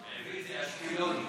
בעברית זה אשקלוני.